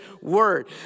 word